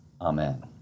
Amen